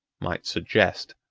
might suggest.